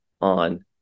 on